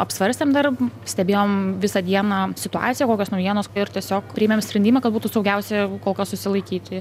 apsvarstėm dar stebėjom visą dieną situaciją kokios naujienos ir tiesiog priėmėm sprendimą kad būtų saugiausia kol kas susilaikyti